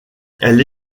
elle